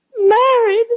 Married